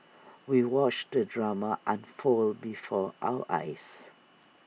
we watched the drama unfold before our eyes